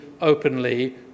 openly